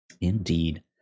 Indeed